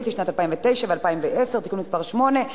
לשנים 2009 ו-2010) (תיקון מס' 8),